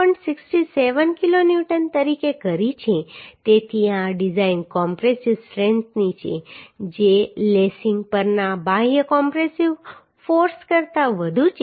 67 kilonewton તરીકે કરી છે તેથી આ ડિઝાઇન કોમ્પ્રેસિવ સ્ટ્રેન્થ છે જે લેસિંગ પરના બાહ્ય કોમ્પ્રેસિવ ફોર્સ કરતાં વધુ છે